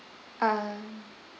err